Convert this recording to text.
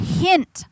hint